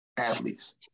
athletes